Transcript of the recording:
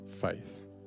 faith